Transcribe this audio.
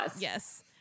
Yes